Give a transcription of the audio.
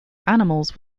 animals